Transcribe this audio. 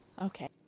okay